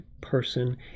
person